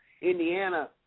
Indiana